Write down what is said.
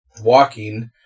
walking